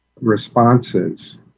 responses